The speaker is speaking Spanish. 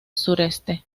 sureste